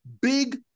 big